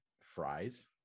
fries